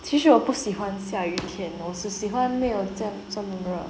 其实我不喜欢下雨天我是喜欢没有这样这么热